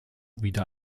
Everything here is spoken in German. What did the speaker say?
wieder